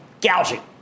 gouging